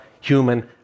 human